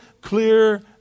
clear